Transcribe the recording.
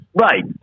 Right